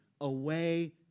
away